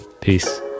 peace